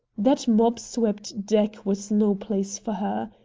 that mob-swept deck was no place for her.